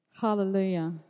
Hallelujah